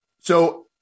So-